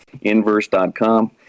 Inverse.com